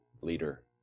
leader